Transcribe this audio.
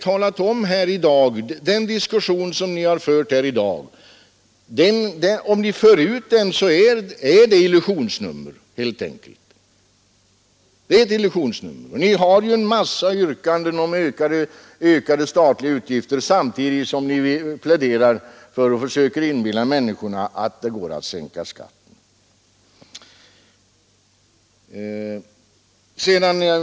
För ni ut den diskussion som har förts här i dag, är det helt enkelt ett illusionsnummer. Ni har en mängd yrkanden om ökade statliga utgifter samtidigt som ni pläderar för och försöker inbilla människorna att det går att sänka skatten.